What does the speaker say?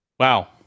Wow